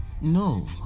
No